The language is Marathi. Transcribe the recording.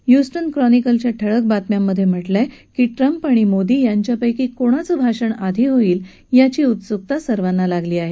ह्यूस्टन क्रॉनिकलच्या ठळक बातम्यांमधे म्हटलंय की ट्रम्प आणि मोदी यांच्यापैकी कोणाचं भाषण आधी होईल याची उत्सुकता सर्वांना लागली आहे